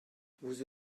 vous